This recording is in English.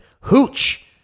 Hooch